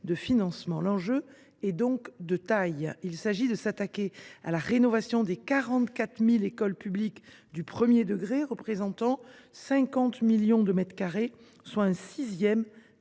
L’enjeu est donc de taille, car il s’agit de s’attaquer à la rénovation des 44 000 écoles publiques du premier degré, représentant 50 millions de mètres carrés, soit un sixième des